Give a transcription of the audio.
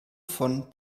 von